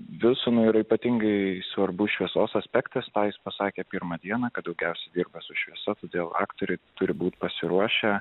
vilsonui yra ypatingai svarbus šviesos aspektas tą jis pasakė pirmą dieną kad tokios dirba su šviesa todėl aktoriai turi būti pasiruošę